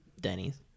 Denny's